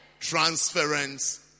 transference